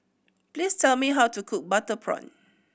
please tell me how to cook butter prawn